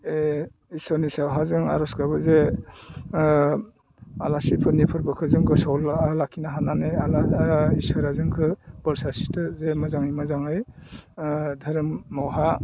इसोरनि सायावहाय जों आर'ज गाबो जे आलासिफोरनि फोरबोखौ जों गोसोआव लाखिनो हानानै इसोरा जोंखौ बोर सारस्रिथों जे मोजाङै मोजाङै धोरोमावहाय